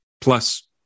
plus